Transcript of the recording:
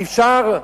אפשר,